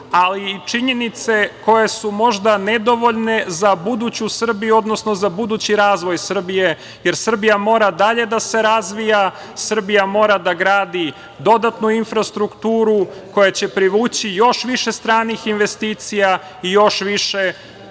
ali i činjenice koje su možda nedovoljne za buduću Srbiju, odnosno za budući razvoj Srbije, jer Srbija mora dalje da se razvija, Srbija mora da gradi dodatnu infrastrukturu koja će privući još više stranih investicija i još više